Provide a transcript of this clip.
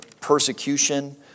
persecution